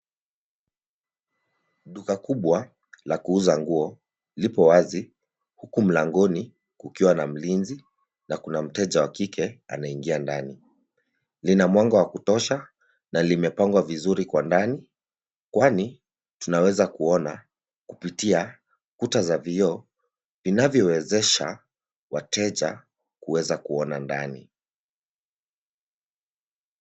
Duka kubwa la kuuza nguo lipo wazi, huku mlangoni kukiwa na mlinzi na kuna mteja wa kike anaingia ndani. Lina mwanga wa kutosha na limepangwa vizuri kwa ndani kwani tunaweza kuona kupitia kuta za vioo, vinavyowezesha wateja kuweza kuona ndani.